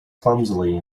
clumsily